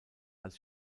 als